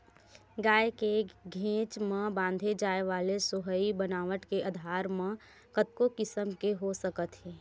गाय के घेंच म बांधे जाय वाले सोहई बनावट के आधार म कतको किसम के हो सकत हे